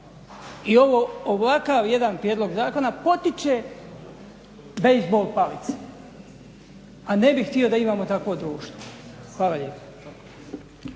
… I ovakav jedan prijedlog zakona potiče bejzbol palice, a ne bih htio da imamo takvo društvo. Hvala lijepo.